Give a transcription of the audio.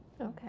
Okay